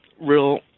real